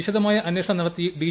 വിശദമായ അന്വേഷണം നടത്തി ഡി